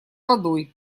водой